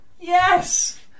yes